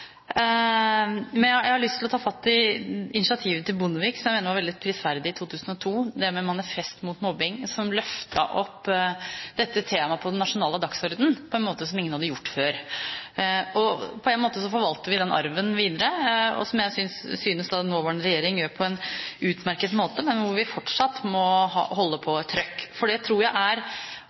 Jeg har lyst til å ta fatt i initiativet til Bondevik, som jeg mener var veldig prisverdig, som i 2002 med Manifest mot mobbing løftet opp dette temaet på den nasjonale dagsordenen på en måte som ingen hadde gjort før. På en måte forvalter vi den arven videre, og jeg synes den nåværende regjering gjør det på en utmerket måte, men hvor vi fortsatt må holde et trykk, for jeg tror